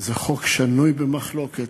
זה חוק שנוי במחלוקת,